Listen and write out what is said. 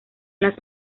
las